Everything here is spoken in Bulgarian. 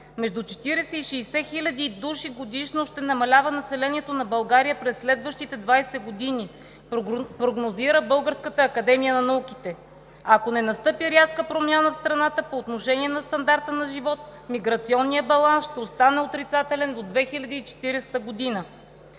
между 40 и 60 хиляди души годишно ще намалява населението на България през следващите 20 години, прогнозира Българската академия на науката. Ако не настъпи рязка промяна в страната по отношение на стандарта на живот, миграционният баланс ще остане отрицателен до 2040 г.